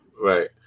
Right